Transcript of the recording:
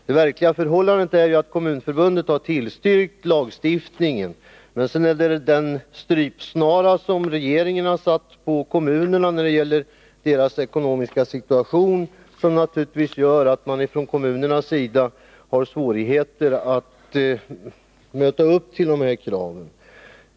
Det verkliga förhållandet är ju att Kommunförbundet har tillstyrkt lagstiftningen. Men sedan är det naturligtvis den strypsnara som regeringen har satt på kommunerna när det gäller deras ekonomiska situation som gör att kommunerna har svårt att möta de här kraven.